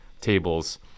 tables